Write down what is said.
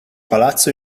palazzo